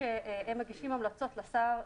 הם מגישים המלצות לשר.